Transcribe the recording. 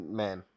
man